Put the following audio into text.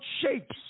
shapes